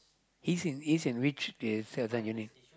he's in he's in which the servant unit